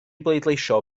bleidleisio